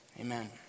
amen